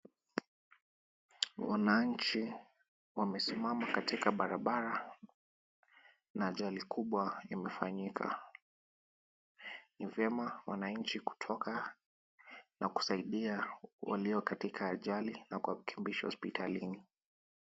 Wananchi wamesimama katika barabara, na ajali kubwa imefanyika. Ni vyema wananchi kutoka, na kusaidia walio katika ajali, na kuwakimbisha hospitalini.